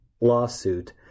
lawsuit